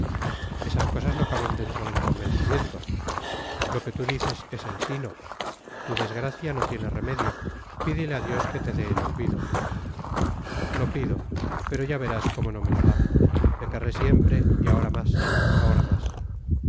esas cosas no caben dentro del convencimiento lo que tú dices es el sino tu desgracia no tiene remedio pídele a dios que te dé el olvido lo pido pero ya verás cómo no me lo da le querré siempre y ahora más ahora más